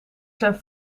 zijn